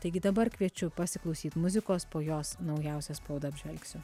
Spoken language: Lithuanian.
taigi dabar kviečiu pasiklausyt muzikos po jos naujausią spaudą apžvelgsiu